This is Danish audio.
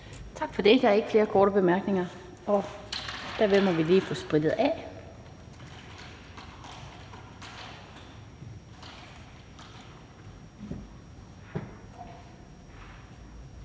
Tak for det. Der er ikke flere korte bemærkninger. Dermed må vi lige få sprittet af.